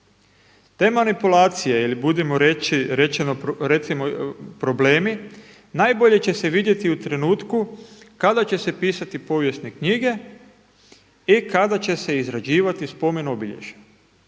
Te manipulacije ili recimo problemi najbolje će se vidjeti u trenutku kada će se pisati povijesne knjige i kada će se izrađivati spomen-obilježja.